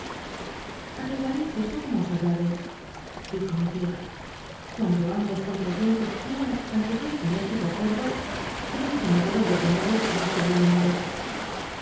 atrcglarcis eso como os agrade dijo mi tia cuando ambos cont tayente quieren an te todo ponerse de acuerdo creo que no deben dctcncdcs esos